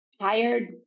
tired